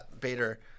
Bader